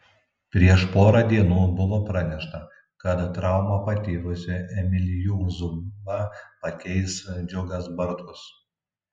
prieš porą dienų buvo pranešta kad traumą patyrusį emilijų zubą pakeis džiugas bartkus